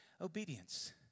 obedience